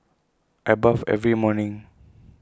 I bathe every morning